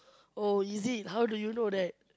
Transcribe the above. oh is it how do you know that